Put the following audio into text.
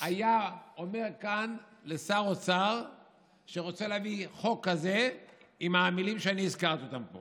היא אומר כאן לשר אוצר שרוצה להביא חוק כזה עם המילים שאני הזכרתי כאן?